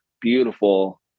beautiful